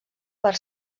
per